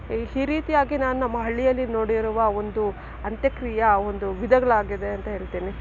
ಈ ರೀತಿಯಾಗಿ ನಾನು ನಮ್ಮ ಹಳ್ಳಿಯಲ್ಲಿ ನೋಡಿರುವ ಒಂದು ಅಂತ್ಯಕ್ರಿಯೆ ಆ ಒಂದು ವಿಧಗಳಾಗಿವೆ ಅಂತ ಹೇಳ್ತೀನಿ